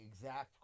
exact